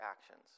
actions